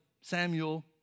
Samuel